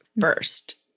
first